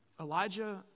Elijah